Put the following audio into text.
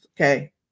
Okay